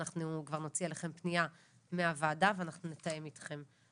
אנחנו כבר נוציא אליכם פנייה מהוועדה ואחנו נתאם איתכם.